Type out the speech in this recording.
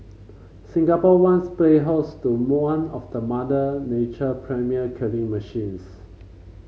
Singapore once played host to of the Mother Nature premium killing machines